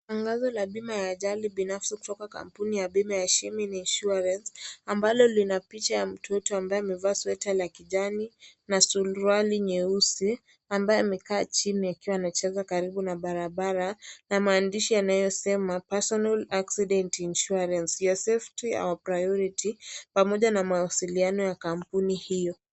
Tangazo la ajali ya bima binafsi kutoka kampuni ya bima ya Shimin Insurance ambalo lina picha ya mtoto ambaye amevaa sweta la kijani na suruali nyeusi ambaye amekaa chini akiwa anacheza karibu na barabara na maandishi yanayosema personal accident insurance, your safety our priority pamoja na mawasiliano ya kampuni hio.